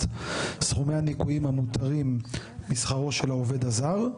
סכומי הניכויים המותרים משכרו של העובד הזר,